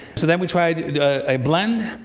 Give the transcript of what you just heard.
so then we tried a blend,